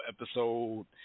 episode